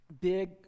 Big